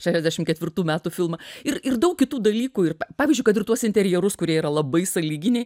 šešiasdešimt ketvirtų metų filmą ir ir daug kitų dalykų ir pavyzdžiui kad ir tuos interjerus kurie yra labai sąlyginiai